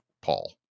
Paul